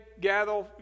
gather